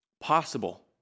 possible